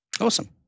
Awesome